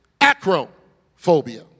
acrophobia